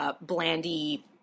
blandy